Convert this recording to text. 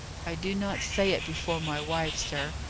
i do not say it before my wife, sir,